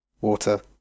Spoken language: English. water